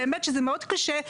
באמת שזה מאוד קשה,